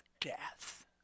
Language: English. death